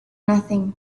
nothing